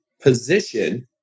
position